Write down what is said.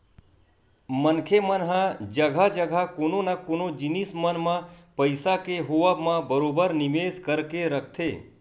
मनखे मन ह जघा जघा कोनो न कोनो जिनिस मन म पइसा के होवब म बरोबर निवेस करके रखथे